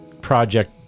project